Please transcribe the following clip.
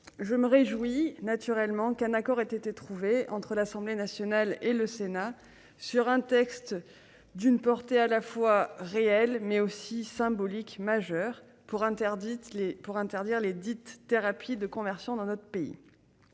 je me réjouis naturellement qu'un accord ait été trouvé entre l'Assemblée nationale et le Sénat sur un texte d'une portée à la fois réelle, mais aussi symbolique, majeure, pour interdire ce que d'aucuns appellent des « thérapies de conversion » dans notre pays.